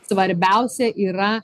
svarbiausia yra